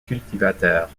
cultivateurs